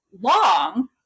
long